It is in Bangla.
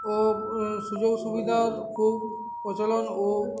ও সুযোগ সুবিধা খুব প্রচলন ও